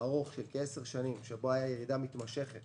ארוך של כעשר שנים שבו הייתה ירידה מתמשכת